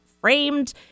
framed